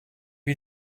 you